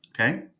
Okay